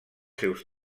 seus